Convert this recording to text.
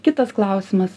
kitas klausimas